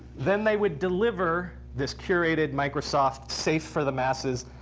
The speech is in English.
then they would deliver this curated microsoft, safe for the masses,